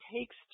takes